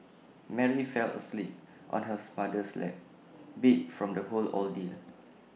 Mary fell asleep on her's mother's lap beat from the whole ordeal